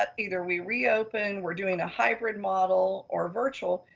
ah either we reopened, we're doing a hybrid model or virtual,